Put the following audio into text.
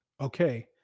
okay